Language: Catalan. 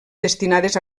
destinades